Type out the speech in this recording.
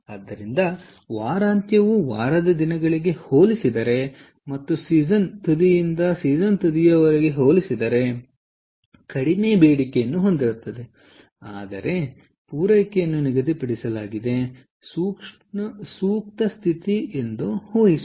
ಆದ್ದರಿಂದ ವಾರಾಂತ್ಯವು ವಾರದ ದಿನಗಳಿಗೆ ಹೋಲಿಸಿದರೆ ಕಡಿಮೆ ಬೇಡಿಕೆಯನ್ನು ಹೊಂದಿರುತ್ತದೆ ಆದರೆ ಪೂರೈಕೆಯನ್ನು ನಿಗದಿಪಡಿಸಲಾಗಿದೆ ಇದು ಸೂಕ್ತ ಸ್ಥಿತಿ ಎಂದು ತಿಳಿಸೋಣ